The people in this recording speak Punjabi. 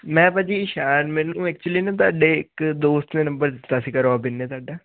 ਮੈਂ ਭਾਅ ਜੀ ਸ਼ਾਰਨ ਮੈਨੂੰ ਐਕਚੁਲੀ ਨਾ ਇੱਕ ਦੋਸਤ ਨੰਬਰ ਦਿੱਤਾ ਸੀਗਾ ਰੋਬਿਨ ਨੇ ਤੁਹਾਡਾ